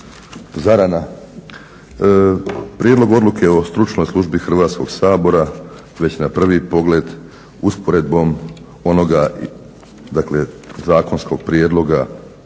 zarana. Prijedlog Odluke o Stručnoj službi Hrvatskog sabora već na prvi pogled usporedbom onoga dakle zakonskog prijedloga,